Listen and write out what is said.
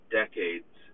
decades